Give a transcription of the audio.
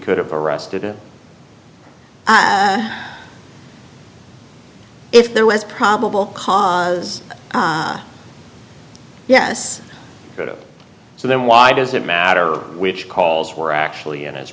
could have arrested him if there was probable cause as yes so then why does it matter which calls were actually in